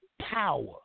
power